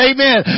Amen